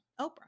Oprah